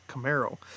Camaro